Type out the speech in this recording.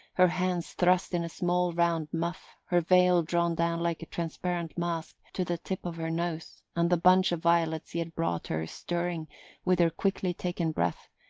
her hands thrust in a small round muff, her veil drawn down like a transparent mask to the tip of her nose, and the bunch of violets he had brought her stirring with her quickly-taken breath,